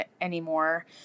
anymore